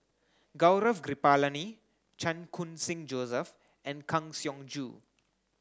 Gaurav Kripalani Chan Khun Sing Joseph and Kang Siong Joo